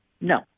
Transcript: No